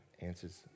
answers